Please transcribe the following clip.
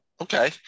okay